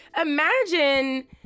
imagine